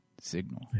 signal